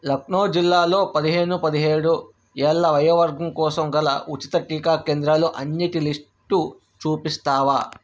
లక్నో జిల్లాలో పదిహేను పదిహేడు ఏళ్ళ వయోవర్గం కోసం గల ఉచిత టీకా కేంద్రాలు అన్నిటి లిస్టు చూపిస్తావా